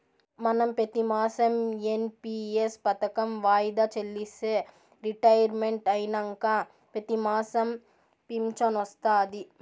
మనం పెతిమాసం ఎన్.పి.ఎస్ పదకం వాయిదా చెల్లిస్తే రిటైర్మెంట్ అయినంక పెతిమాసం ఫించనొస్తాది